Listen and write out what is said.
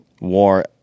war